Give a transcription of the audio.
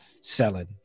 selling